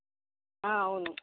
అవును